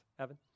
Evan